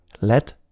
let